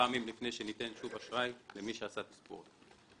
פעמים לפני שניתן שוב אשראי למי שעשה תספורת.